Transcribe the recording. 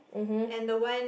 mmhmm